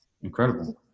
incredible